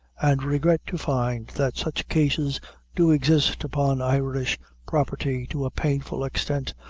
and regret to find that such cases do exist upon irish property to a painful extent,